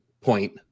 point